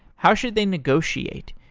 how should they negotiate?